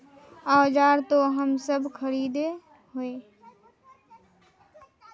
औजार तो हम सब खरीदे हीये?